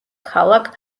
ქალაქ